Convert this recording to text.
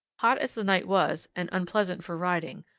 hot as the night was, and unpleasant for riding,